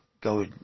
go